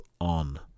on